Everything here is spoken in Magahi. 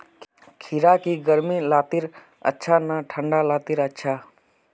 खीरा की गर्मी लात्तिर अच्छा ना की ठंडा लात्तिर अच्छा?